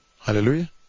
hallelujah